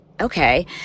okay